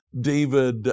David